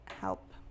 help